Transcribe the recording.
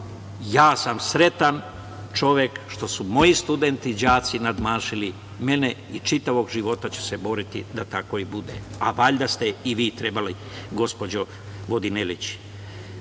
Ja sam sretan čovek što su moji studenti, đaci nadmašili mene i čitavog života ću se boriti da tako i bude. Valjda ste i vi trebali gospođo Vodinelić. Vređanja,